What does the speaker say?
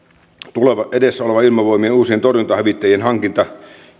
edessä oleva ilmavoimien uusien torjuntahävittäjien hankinta